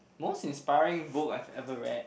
most inspiring book I've ever read